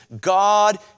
God